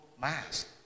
mass